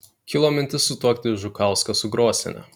kilo mintis sutuokti žukauską su grosiene